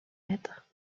mètres